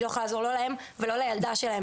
אני לא יכולה לעזור לא להם ולא לילדה שלהם